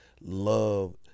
love